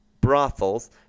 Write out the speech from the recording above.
brothels